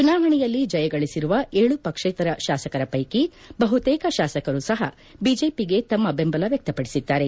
ಚುನಾವಣೆಯಲ್ಲಿ ಜಯಗಳಿಸಿರುವ ಏಳು ಪಕ್ಷೇತರ ಶಾಸಕರ ಪೈಕಿ ಬಹುತೇಕ ಶಾಸಕರು ಸಹ ಬಿಜೆಪಿಗೆ ತಮ್ಮ ಬೆಂಬಲ ವ್ಯಕ್ತಪಡಿಸಿದ್ದಾರೆ